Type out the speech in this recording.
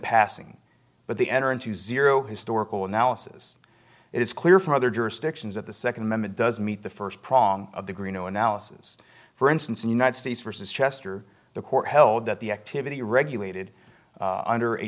passing but they enter into zero historical analysis it is clear from other jurisdictions that the second amendment does meet the first prong of the green no analysis for instance in united states versus chester the court held that the activity regulated under a